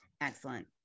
excellent